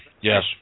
Yes